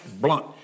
blunt